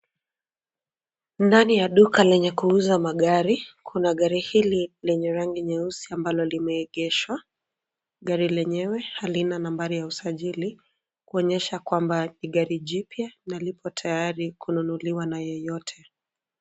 Ndani ya duka lenye kuuza magari kuna gari hili lenye rangi nyeusi ambalo limeegeshwa. Gari lenyewe halina nambari ya usajili; kuonyesha kwamba ni gari jipya na lipo tayari kununuliwa na yeyote.